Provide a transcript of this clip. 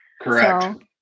Correct